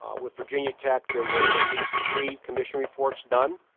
with virginia tech, there were at least three commission reports done.